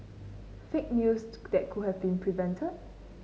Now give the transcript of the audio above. fake news that could have been prevented